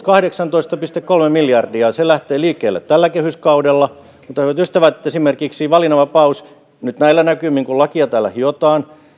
kahdeksantoista pilkku kolme miljardia lähtee liikkeelle tällä kehyskaudella mutta hyvät ystävät esimerkiksi valinnanvapaus nyt näillä näkymin kun lakia täällä hiotaan